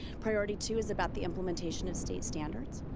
priority two is about the implementation of state standards.